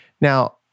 Now